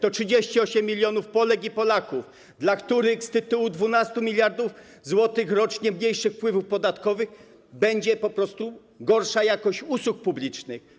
To 38 mln Polek i Polaków, dla których z tytułu 12 mld zł rocznie mniejszych wpływów podatkowych będzie gorsza jakość usług publicznych.